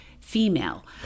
female